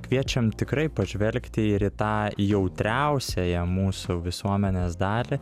kviečiam tikrai pažvelgti ir į tą jautriausiąją mūsų visuomenės dalį